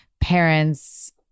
parents